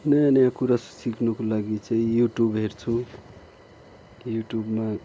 नयाँ नयाँ कुरा सिक्नुको लागि चाहिँ युट्युब हेर्छु युट्युबमा